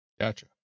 Gotcha